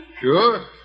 Sure